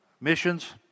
Missions